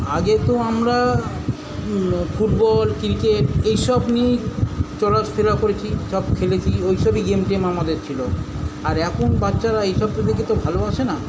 আগে তো আমরা ফুটবল ক্রিকেট এইসব নিয়েই চলাফেরা করেছি সব খেলেছি ওই সবই গেম টেম আমাদের ছিল আর এখন বাচ্চারা এইসব তো দেখে তো ভালোবাসে না